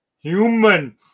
Human